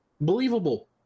believable